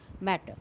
matter